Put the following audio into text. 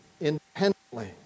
independently